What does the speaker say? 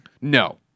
No